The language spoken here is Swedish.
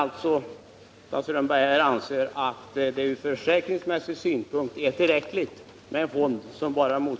Anser Håkan Strömberg att detta från försäkringsmässig synpunkt är tillräckligt?